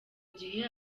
gihe